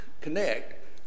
Connect